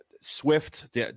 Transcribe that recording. Swift